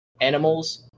animals